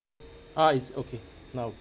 ah it's okay now